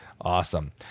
Awesome